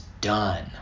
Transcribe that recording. done